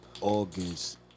August